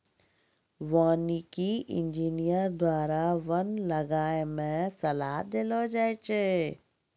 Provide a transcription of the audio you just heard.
वानिकी इंजीनियर द्वारा वन लगाय मे सलाह देलो जाय छै